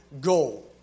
goal